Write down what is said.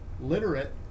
literate